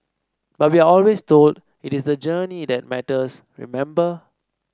but we are always told it is the journey that matters remember